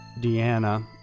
Deanna